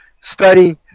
Study